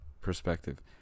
perspective